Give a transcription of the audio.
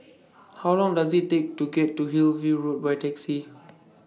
How Long Does IT Take to get to Hillview Road By Taxi